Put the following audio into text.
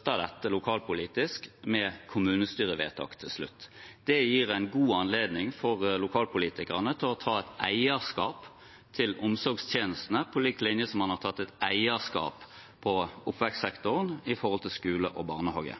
dette lokalpolitisk, med kommunestyrevedtak til slutt. Det gir en god anledning for lokalpolitikerne til å ta et eierskap til omsorgstjenestene, på lik linje med at man har tatt et eierskap til oppvekstsektoren, med tanke på skole og barnehage.